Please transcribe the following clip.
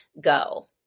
go